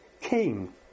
king